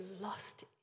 lost